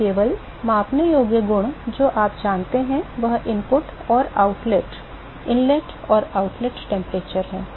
तो केवल मापने योग्य गुण जो आप जानते हैं वह इनपुट और आउटलेट इनलेट और आउटलेट तापमान है